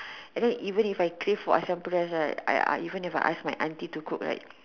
and then even if I crave for Asam-pedas right I uh even if I ask my auntie to cook right